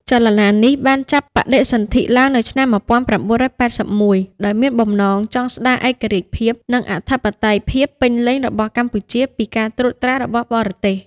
ចលនានេះបានចាប់បដិសន្ធិឡើងនៅឆ្នាំ១៩៨១ ដោយមានបំណងចង់ស្ដារឯករាជ្យភាព និងអធិបតេយ្យភាពពេញលេញរបស់កម្ពុជាពីការត្រួតត្រារបស់បរទេស។